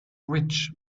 rich